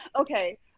Okay